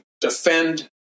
defend